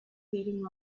heating